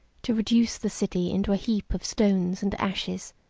to reduce the city into a heap of stones and ashes,